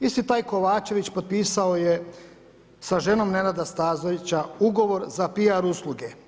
Isti taj Kovačević potpisao je sa ženom Nenada Stazovića, ugovor za PR usluge.